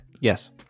Yes